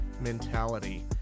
mentality